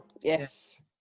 Yes